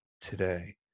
today